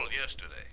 yesterday